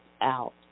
out